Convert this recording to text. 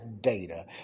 data